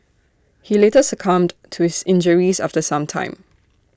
he later succumbed to his injuries after some time